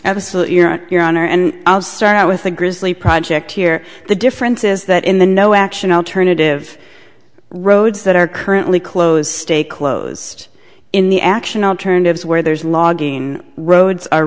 absolutely your honor and i'll start out with a grizzly project here the difference is that in the no action alternative roads that are currently close stay closed in the action alternatives where there's logging roads are